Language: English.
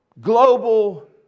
Global